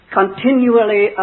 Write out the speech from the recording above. continually